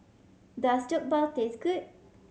does Jokbal taste good